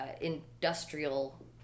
industrial